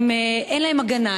אין להם הגנה.